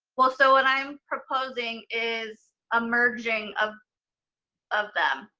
well so what i'm proposing is a merging of of them,